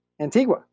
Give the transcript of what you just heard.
Antigua